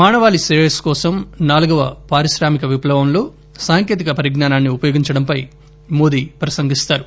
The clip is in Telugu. మానవాళి క్రేయస్సు కోసం నాలుగవ పారిశ్రామిక విప్లవంలో సాంకేతిక పరిజ్ఞానాన్ని ఉపయోగించడంపై మోదీ ప్రసంగిస్తారు